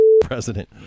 president